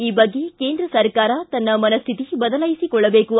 ಈ ಬಗ್ಗೆ ಕೇಂದ್ರ ಸರ್ಕಾರ ತನ್ನ ಮನಶ್ರಿತಿ ಬದಲಾಯಿಸಿಕೊಳ್ಳಬೇಕು